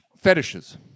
Fetishes